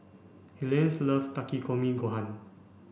Helaine love Takikomi Gohan